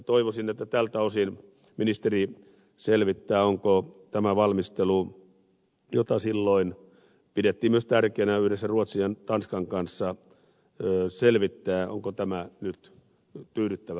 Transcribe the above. toivoisin että tältä osin ministeri selvittää onko tämä valmistelu jota silloin pidettiin tärkeänä myös yhdessä ruotsin ja tanskan kanssa selvittää nyt tyydyttävällä tolalla